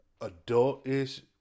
adult-ish